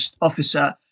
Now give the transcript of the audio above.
officer